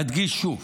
אדגיש שוב